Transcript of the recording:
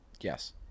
Yes